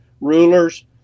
rulers